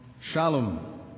Shalom